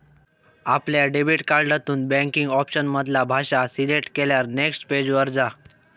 आपल्या डेबिट कार्डातून banking option मधना भाषा सिलेक्ट केल्यार नेक्स्ट पेज वर जा